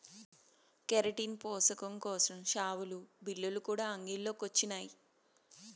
keratin పోసకం కోసరం షావులు, బిల్లులు కూడా అంగిల్లో కొచ్చినాయి